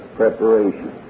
preparation